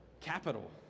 capital